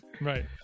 right